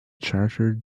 chartered